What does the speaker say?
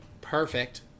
perfect